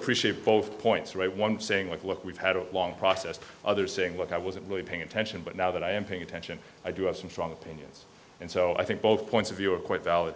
appreciate both points right one saying like look we've had a long process to others saying look i was at least paying attention but now that i am paying attention i do have some strong opinions and so i think both points of view are quite valid